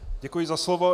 Děkuji za slovo.